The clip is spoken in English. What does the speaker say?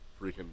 freaking